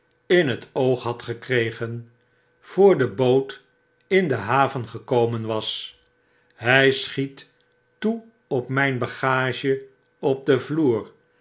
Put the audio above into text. in het oog had gekregen voor de boot in de haven gekomen was hfi schiet toe op mijn bagage op den vloer